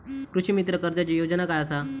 कृषीमित्र कर्जाची योजना काय असा?